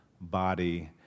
body